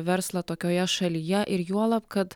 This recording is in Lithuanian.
verslą tokioje šalyje ir juolab kad